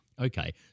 Okay